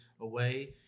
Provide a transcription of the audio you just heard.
away